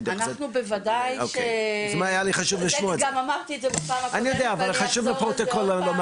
אנחנו בוודאי ואת זה אני גם אמרתי בפעם הקודמת שישבנו פה.